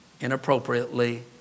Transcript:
inappropriately